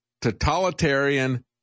totalitarian